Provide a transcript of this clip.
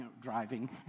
driving